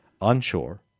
onshore